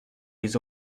les